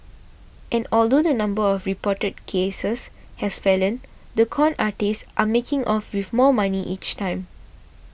and although the number of reported cases has fallen the con artists are making off with more money each time